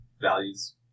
values